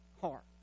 heart